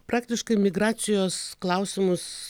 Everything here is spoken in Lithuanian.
praktiškai migracijos klausimus